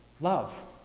Love